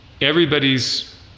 everybody's